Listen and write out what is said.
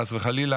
חס וחלילה,